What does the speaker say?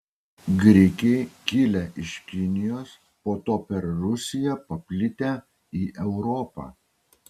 grikiai kilę iš kinijos po to per rusiją paplitę į europą